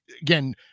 again